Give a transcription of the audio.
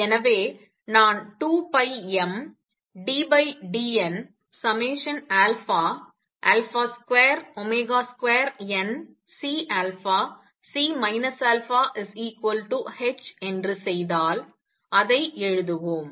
எனவே நான்2πmddn22CC αh என்று செய்தால் அதை எழுதுவோம்